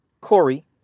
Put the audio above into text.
Corey